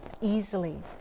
easily